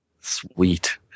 Sweet